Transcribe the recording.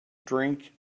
drink